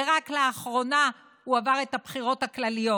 ורק לאחרונה הוא עבר את הבחירות הכלליות,